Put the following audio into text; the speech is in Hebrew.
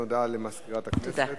למזכירת הכנסת.